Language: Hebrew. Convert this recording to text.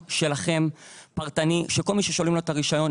שלכם פרטני שכל מי ששוללים לו את הרישיון,